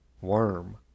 worm